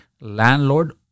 landlord